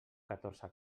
catorze